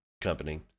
company